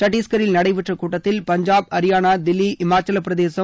சத்திஷ்கரில் நடைபெற்ற கூட்டத்தில் பஞ்சாப் அரியானா தில்லி இமாச்சல பிரதேசம்